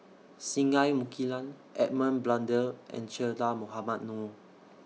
Singai Mukilan Edmund Blundell and Che Dah Mohamed Noor